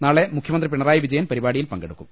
നാളെ മുഖ്യമന്ത്രി പിണറായി വിജയൻ പരിപാടി യിൽ പങ്കെടുക്കും